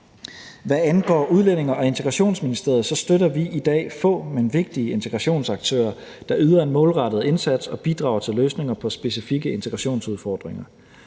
Hvad angår Udlændinge- og Integrationsministeriet, støtter vi i dag få, men vigtige integrationsaktører, der yder en målrettet indsats og bidrager til løsninger på specifikke integrationsudfordringer.